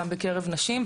גם בקרב נשים,